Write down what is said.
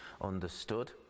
understood